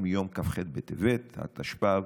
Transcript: מיום כ"ח בטבת התשפ"ב,